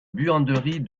buanderie